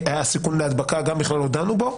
על הסיכון להדבקה לא דנו בכלל.